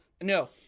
No